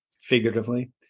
figuratively